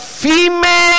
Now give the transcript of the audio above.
female